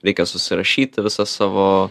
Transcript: reikia susirašyti visas savo